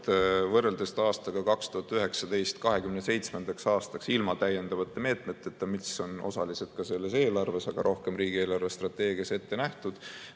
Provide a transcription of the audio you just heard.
võrreldes aastaga 2019, ilma täiendavate meetmeteta, mis on osaliselt selles eelarves, aga rohkem riigi eelarvestrateegias ette nähtud,